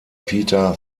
peter